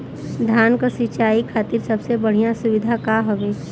धान क सिंचाई खातिर सबसे बढ़ियां सुविधा का हवे?